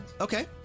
Okay